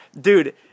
dude